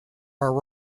are